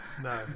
No